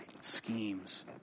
schemes